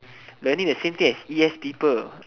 learning the same thing as e_s people